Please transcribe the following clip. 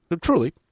Truly